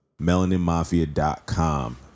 MelaninMafia.com